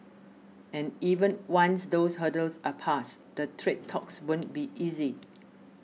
and even once those hurdles are passed the trade talks won't be easy